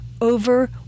over